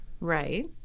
Right